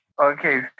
Okay